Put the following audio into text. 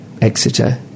Exeter